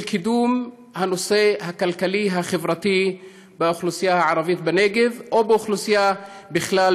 קידום הנושא הכלכלי החברתי באוכלוסייה הערבית בנגב או באוכלוסייה בכלל,